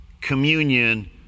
communion